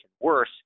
worse